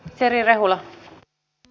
terje rehula b v